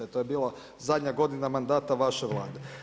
To je bilo zadnja godina mandata vaše Vlade.